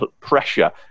pressure